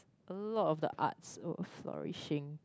a lot of the arts were flourishing